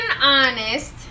honest